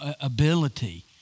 ability